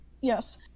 Yes